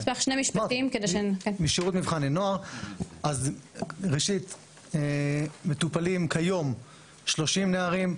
אז ראשית מטופלים כיום 30 נערים,